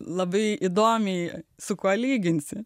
labai įdomiai su kuo lyginsi